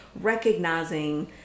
recognizing